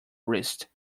wrist